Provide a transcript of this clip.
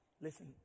Listen